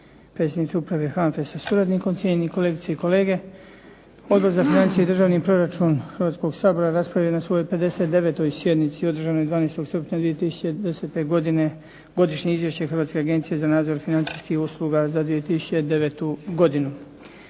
predsjedniče Uprave HANFA-e sa suradnikom, cijenjeni kolegice i kolege. Odbor za financije i državni proračun Hrvatskoga sabora raspravio je na svojoj 59. sjednici održanoj 12. srpnja 2010. godine Godišnje izvješće Hrvatske agencije za nadzor financijskih usluga za 2009. godinu.